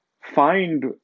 find